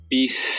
Peace